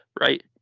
right